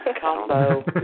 Combo